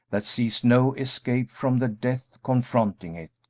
that sees no escape from the death confronting it,